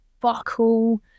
buckle